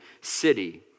city